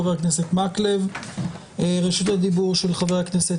חבר הכנסת מקלב, שלום.